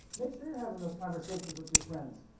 make sure you're having those conversations with your friends.